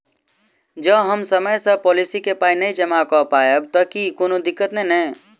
जँ हम समय सअ पोलिसी केँ पाई नै जमा कऽ पायब तऽ की कोनो दिक्कत नै नै?